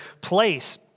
place